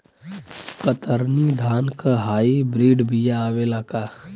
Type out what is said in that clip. कतरनी धान क high breed बिया आवेला का?